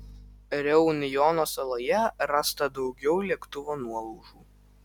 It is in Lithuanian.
reunjono saloje rasta daugiau lėktuvo nuolaužų